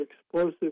Explosive